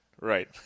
Right